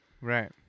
Right